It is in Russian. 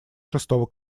шестого